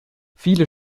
viele